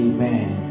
Amen